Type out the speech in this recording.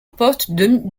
poste